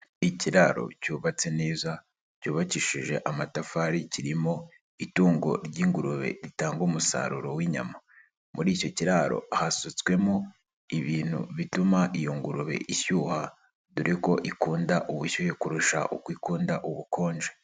Ikiraro cyubatse neza cyubakishije amatafari kirimo itungo ry'ingurube ritanga umusaruro w'inyama, muri icyo kiraro hasutswemo ibintu bituma iyo ngurube ishyuha dore ko ikunda ubushyuhe kurusha uko ikunda ubukonje.